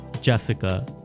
Jessica